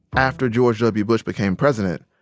after george w. bush became president,